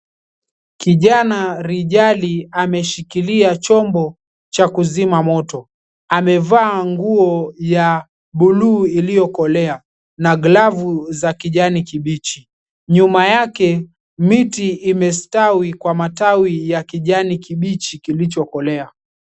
Kijana rijali ameshikilia chombo cha kuzima moto, amevaa nguo ya buluu iliyokolea na glavu za kijani kibichi. Nyuma yake miti imestawi kwa majani ya kijani kibichi iliyokolea.